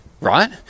Right